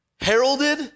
heralded